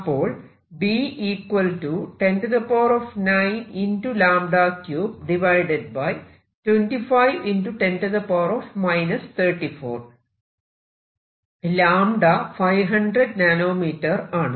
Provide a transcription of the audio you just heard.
അപ്പോൾ 𝞴 500nm ആണ്